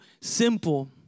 simple